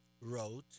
wrote